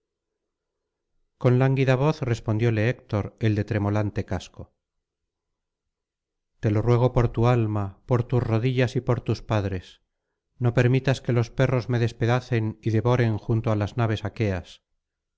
con lánguida voz respondióle héctor el de tremolante casco te lo ruego por tu alma por tus rodillas y por tus padres no permitas que los perros me despedacen y devoren junto á las naves aqueas